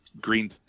green